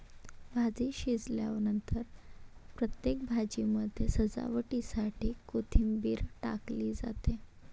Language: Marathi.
भाजी शिजल्यानंतर प्रत्येक भाजीमध्ये सजावटीसाठी कोथिंबीर टाकली जाते